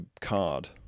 card